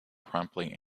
promptly